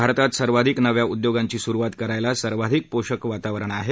भारतात सर्वाधिक नव्या उद्योगांची सुरुवात करायला सर्वाधिक पोषक वातावरण आहे